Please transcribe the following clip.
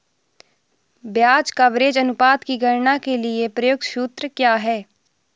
ब्याज कवरेज अनुपात की गणना के लिए प्रयुक्त सूत्र क्या है?